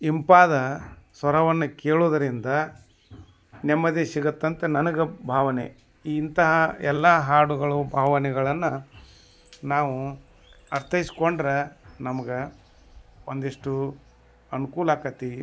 ಇಂಪಾದ ಸ್ವರವನ್ನು ಕೇಳೋದರಿಂದ ನೆಮ್ಮದಿ ಸಿಗುತ್ತೆ ಅಂತ ನನಗೆ ಭಾವನೆ ಇಂತಹ ಎಲ್ಲ ಹಾಡುಗಳು ಭಾವನೆಗಳನ್ನು ನಾವು ಅರ್ಥೈಸ್ಕೊಂಡ್ರೆ ನಮಗೆ ಒಂದಿಷ್ಟು ಅನುಕೂಲಾಕ್ಕತಿ